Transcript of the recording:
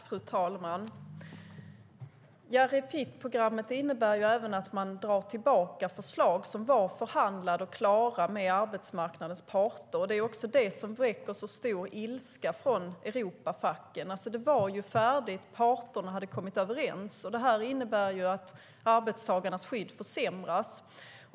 Fru talman! Refit-programmet innebär även att man drar tillbaka förslag som var förhandlade och klara med arbetsmarknadens parter. Det är också det som väcker så stor ilska från Europafackens sida. Programmet var färdigt och parterna hade kommit överens. Det här innebär att arbetstagarnas skydd försämras.